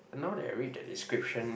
now that I read the description eh